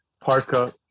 parka